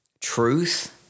truth